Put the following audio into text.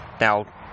now